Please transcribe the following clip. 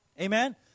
Amen